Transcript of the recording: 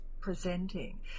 presenting